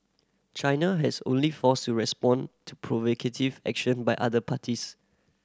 China has only forced to respond to provocative action by other parties